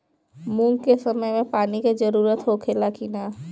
मूंग के समय मे पानी के जरूरत होखे ला कि ना?